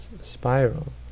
spiral